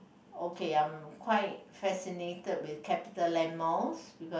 okay I'm quite fascinated with Capital Land malls because